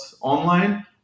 online